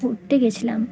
ঘুরতে গেছিলাম